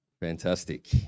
Fantastic